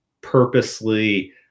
purposely